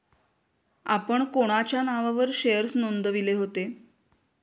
आपण कोणाच्या नावावर शेअर्स नोंदविले होते?